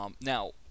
Now